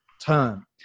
term